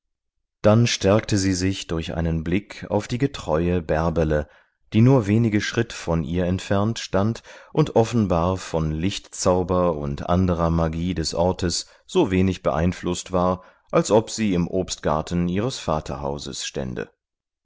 dann stärkte sie sich durch einen blick auf die getreue bärbele die nur wenige schritt von ihr entfernt stand und offenbar von lichtzauber und anderer magie des ortes so wenig beeinflußt war als ob sie im obstgarten ihres vaterhauses stände